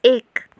एक